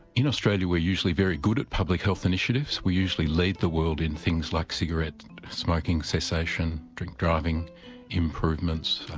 in australia we're usually very good at public health initiatives, we usually lead the world in things like cigarette smoking cessation, drink driving improvements,